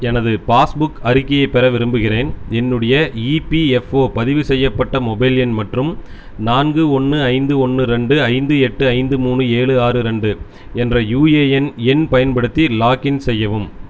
எனது பாஸ்புக் அறிக்கையைப் பெற விரும்புகிறேன் என்னுடைய இபிஎஃப்ஓ பதிவு செய்யப்பட்ட மொபைல் எண் மற்றும் நான்கு ஒன்று ஐந்து ஒன்று ரெண்டு ஐந்து எட்டு ஐந்து மூணு ஏழு ஆறு ரெண்டு என்ற யுஏஎன் எண் பயன்படுத்தி லாகின் செய்யவும்